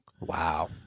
Wow